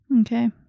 Okay